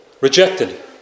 rejected